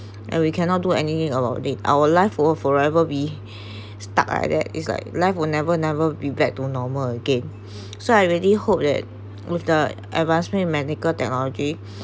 and we cannot do anything about it our life or forever be stuck like that is like life will never never be back to normal again so I really hope that with the advisory medical technology